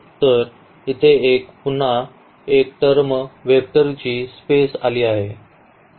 तर इथे पुन्हा एक टर्म व्हेक्टरची स्पेस आली आहे